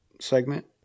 segment